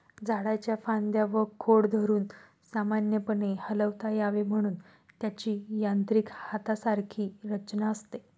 झाडाच्या फांद्या व खोड धरून सामान्यपणे हलवता यावे म्हणून त्याची यांत्रिक हातासारखी रचना असते